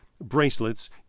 bracelets